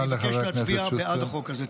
אני אבקש להצביע בעד החוק הזה.